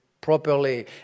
properly